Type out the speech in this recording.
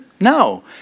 No